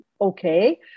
Okay